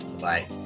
Bye